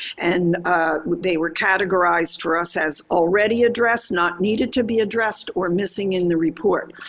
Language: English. and they were categorized for us as already addressed, not needed to be addressed, or missing in the report.